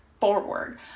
forward